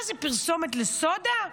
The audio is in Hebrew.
מה זה, פרסומת לסודה?